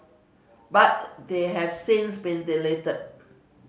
but they have since been deleted